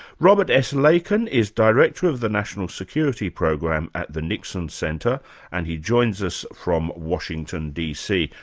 robert s. leiken is director of the national security program at the nixon center and he joins us from washington d. c.